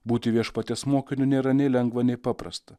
būti viešpaties mokiniu nėra nei lengva nei paprasta